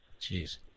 Jeez